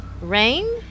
Rain